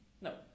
No